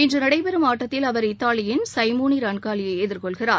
இன்று நடைபெறும் ஆட்டத்தில் அவர் இத்தாலியின் சைமோனி ரான்காலியை எதிர்கொள்கிறார்